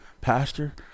pastor